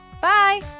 Bye